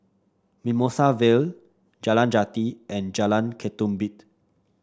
Mimosa Vale Jalan Jati and Jalan Ketumbit